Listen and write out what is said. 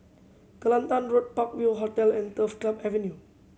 Kelantan Road Park View Hotel and Turf Club Avenue